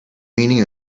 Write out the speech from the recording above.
meaning